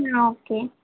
okay